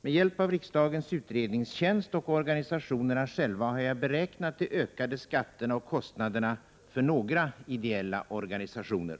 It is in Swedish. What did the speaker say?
Med hjälp av riksdagens utredningstjänst och organisationerna själva har jag beräknat de ökade skatterna och kostnaderna för några ideella organisationer.